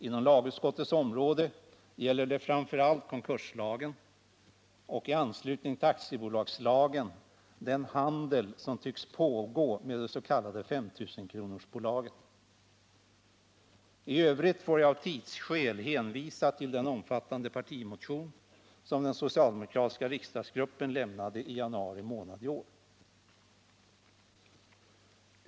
Inom lagutskottets område gäller det framför allt konkurslagen och i anslutning till aktiebolagslagen den handel som tycks pågå med de s.k. 5 000-kronorsbolagen. I övrigt får jag av tidsskäl hänvisa till den omfattande partimotion som den socialdemokratiska riksdagsgruppen lämnade i januari månad i år.